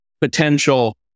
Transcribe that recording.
potential